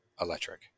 electric